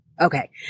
okay